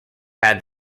had